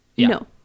No